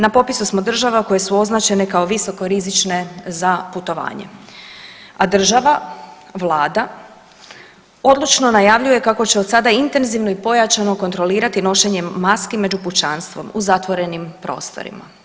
Na popisu smo država koje su označene kao visokorizične za putovanje, a država, vlada odlučno najavljuje kako će od sada intenzivno i pojačano kontrolirati nošenje maski među pučanstvom u zatvorenim prostorima.